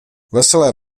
veselé